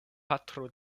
patro